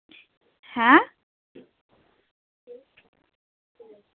হ্যাঁ